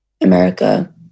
America